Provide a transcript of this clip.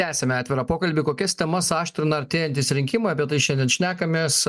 tęsiame atvirą pokalbį kokias temas aštrina artėjantys rinkimai apie šiandien šnekamės